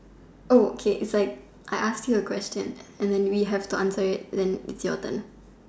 Oh okay it's like I ask you a question and then we have to answer it and then it's your turn